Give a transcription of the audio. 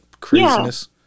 craziness